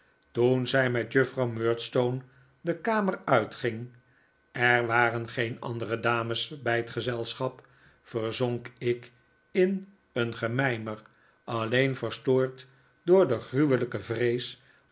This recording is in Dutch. toen zij met juffrouw murdstone de kamer uitging er waren geen andere dames bij het gezelschap verzonk ik in een gemijmer alleen verstoord door de gruwelijke vrees